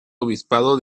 obispado